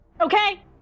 Okay